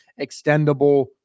extendable